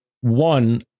One